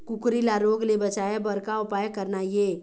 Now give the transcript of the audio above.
कुकरी ला रोग ले बचाए बर का उपाय करना ये?